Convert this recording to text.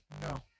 no